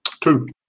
Two